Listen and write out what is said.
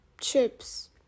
Chips